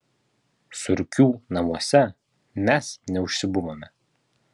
surkių namuose mes neužsibuvome